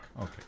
Okay